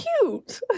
cute